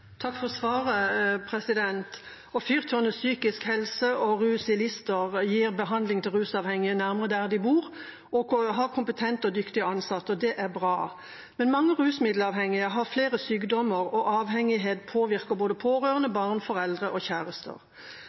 Takk for svaret. Fyrtårnet psykisk helse og rus i Lister gir behandling til rusavhengige nærmere der de bor, og de har kompetente og dyktige ansatte. Det er bra. Men mange rusmiddelavhengige har flere sykdommer, og avhengigheten påvirker både pårørende, barn, foreldre og kjærester.